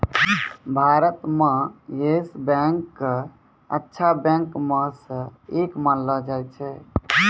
भारत म Yes Bank क अच्छा बैंक म स एक मानलो जाय छै